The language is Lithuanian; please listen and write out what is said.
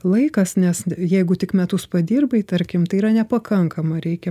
laikas nes jeigu tik metus padirbai tarkim tai yra nepakankama reikia